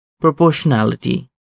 proportionality